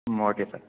ம் okay sir